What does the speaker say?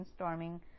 brainstorming